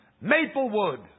Maplewood